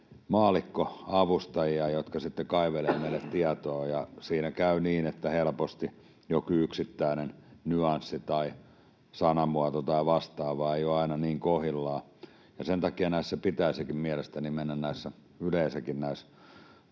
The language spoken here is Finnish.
maallikkoavustajia, jotka sitten kaivelevat meille tietoa, ja siinä käy helposti niin, että joku yksittäinen nyanssi tai sanamuoto tai vastaava ei ole aina niin kohdillaan. Sen takia näissä ehdotuksissa yleensäkin